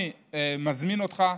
אני מזמין אותך,